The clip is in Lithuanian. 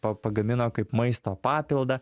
pa pagamino kaip maisto papildą